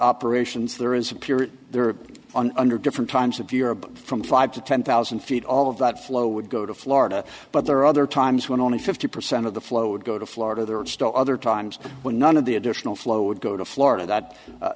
operations there is a period there are on under different times of europe from five to ten thousand feet all of that flow would go to florida but there are other times when only fifty percent of the flowed go to florida there are other times when none of the additional flow would go to florida that